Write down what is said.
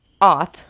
off